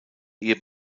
ihr